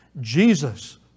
Jesus